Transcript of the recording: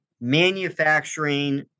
manufacturing